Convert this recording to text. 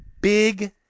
Big